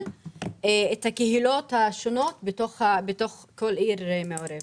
את הקהילות השונות בתוך כל עיר מעורבת.